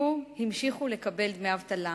כאילו המשיכו לקבל דמי אבטלה.